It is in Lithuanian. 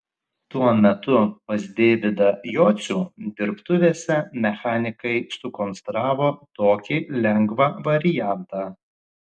tuo metu pas deividą jocių dirbtuvėse mechanikai sukonstravo tokį lengvą variantą